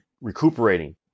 recuperating